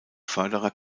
förderer